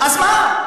אז מה?